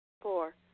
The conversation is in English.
Four